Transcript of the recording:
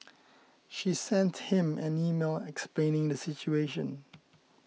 she sent him an email explaining the situation